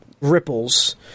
ripples